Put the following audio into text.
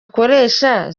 akoresha